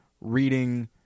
reading